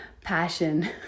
passion